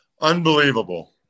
Unbelievable